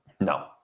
No